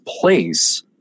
place